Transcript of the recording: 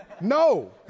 No